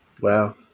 wow